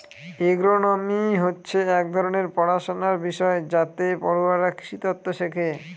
agronomy হচ্ছে এক ধরনের পড়াশনার বিষয় যাতে পড়ুয়ারা কৃষিতত্ত্ব শেখে